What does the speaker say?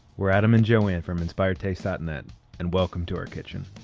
we're adam and joanne from inspiredtaste dot net and welcome to our kitchen.